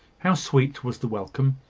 how sweet was the welcome!